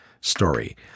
story